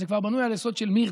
אז זה כבר בנוי על יסוד של מירתת.